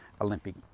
olympic